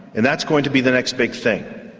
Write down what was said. and that's going to be the next big thing.